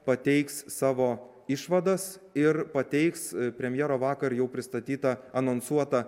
pateiks savo išvadas ir pateiks premjero vakar jau pristatytą anonsuotą